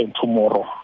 tomorrow